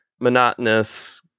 monotonous